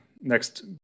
next